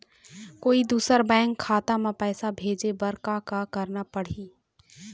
कोई दूसर बैंक खाता म पैसा भेजे बर का का करना पड़ही?